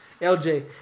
LJ